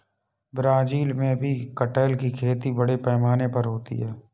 Brazil में भी कटहल की खेती बड़े पैमाने पर होती है